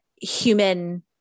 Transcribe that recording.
human